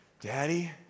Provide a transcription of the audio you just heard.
daddy